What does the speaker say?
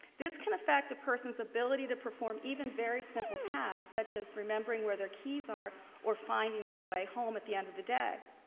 this can affect the person's ability to perform even very simple tasks, such as remembering where their keys are or finding their way home at the end of the day.